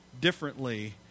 differently